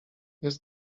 jest